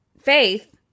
Faith